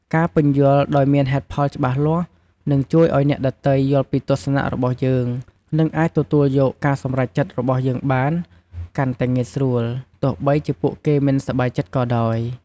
ការពន្យល់ដោយមានហេតុផលច្បាស់លាស់ នឹងជួយឲ្យអ្នកដទៃយល់ពីទស្សនៈរបស់យើង និងអាចទទួលយកការសម្រេចចិត្តរបស់យើងបានកាន់តែងាយស្រួល ទោះបីជាពួកគេមិនសប្បាយចិត្តក៏ដោយ។